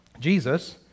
Jesus